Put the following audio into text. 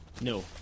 No